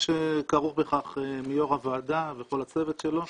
שכרוך בכך מיו"ר הוועדה ומהצוות שלו.